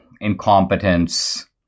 incompetence